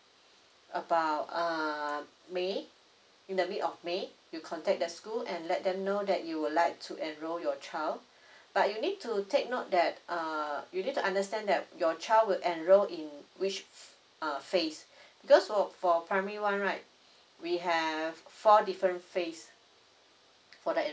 about uh may in the mid of may you contact the school and let them know that you would like to enroll your child but you need to take note that uh you need to understand that your child would enroll in which uh phase because for primary one right we have four different phase